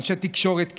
אנשי תקשורת קטנים,